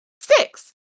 Six